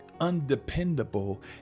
undependable